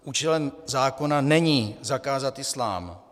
Účelem zákona není zakázat islám.